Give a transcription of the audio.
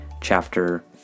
chapter